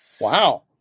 Wow